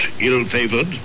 ill-favored